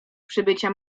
przybycia